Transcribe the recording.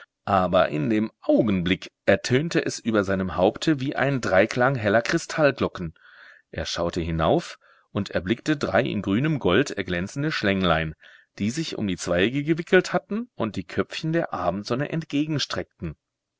aber in dem augenblick ertönte es über seinem haupte wie ein dreiklang heller kristallglocken er schaute hinauf und erblickte drei in grünem gold erglänzende schlänglein die sich um die zweige gewickelt hatten und die köpfchen der abendsonne entgegenstreckten